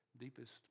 deepest